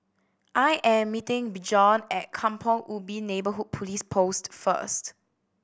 I am meeting Bjorn at Kampong Ubi Neighbourhood Police Post first